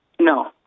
No